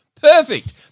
Perfect